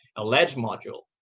a ledge module,